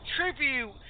tribute